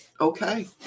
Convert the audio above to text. Okay